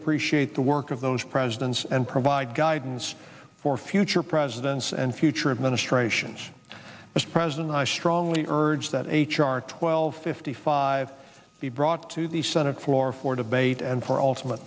appreciate the work of those presidents and provide guidance for future presidents and future administrations as president i strongly urge that h r twelve fifty five be brought to the senate floor for debate and for